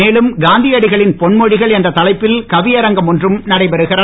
மேலும் காந்தியடிகளின் பொன் மொழிகள் என்ற தலைப்பில் கவியரங்கம் ஒன்றும் நடைபெறுகிறது